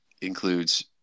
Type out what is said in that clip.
includes